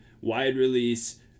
wide-release